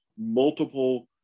multiple